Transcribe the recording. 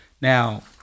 Now